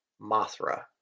Mothra